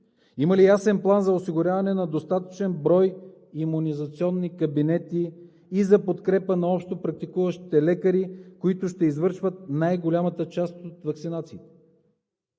Има ли ясен план за осигуряване на достатъчен брой имунизационни кабинети и за подкрепа на общопрактикуващите лекари, които ще извършват най-голямата част от ваксинациите?